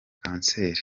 kanseri